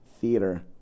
theater